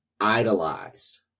idolized